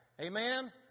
Amen